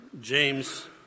James